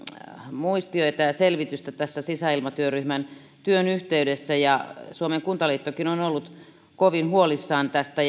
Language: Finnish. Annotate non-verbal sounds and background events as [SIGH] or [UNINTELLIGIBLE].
muistiota ja selvitystä tässä sisäilmatyöryhmän työn yhteydessä ja suomen kuntaliittokin on ollut kovin huolissaan tästä [UNINTELLIGIBLE]